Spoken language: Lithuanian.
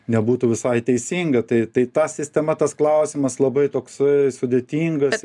nebūtų visai teisinga tai tai ta sistema tas klausimas labai toks sudėtingas